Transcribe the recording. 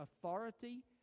authority